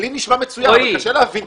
לי נשמע מצוין אבל קשה להבין את הפרטים.